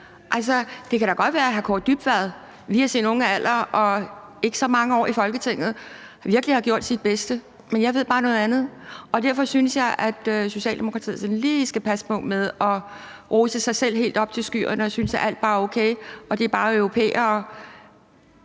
Det kan da godt være, at hr. Kaare Dybvad Bek med sin unge alder og ikke så mange år i Folketinget virkelig har gjort sit bedste, men jeg ved bare noget andet. Og derfor synes jeg, at Socialdemokratiet lige skal passe på med at rose sig selv helt op til skyerne og synes, at alt bare er okay og sige, at det bare er europæere.